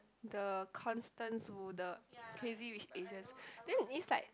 the Constance Wu the Crazy Rich Asians then it's like